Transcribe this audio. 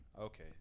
okay